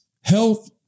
health